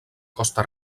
costa